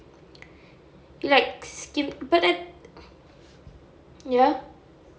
like scheme but I ya